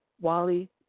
Wally